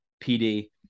PD